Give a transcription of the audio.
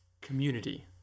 community